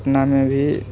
पटनामे भी